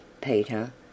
Peter